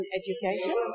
education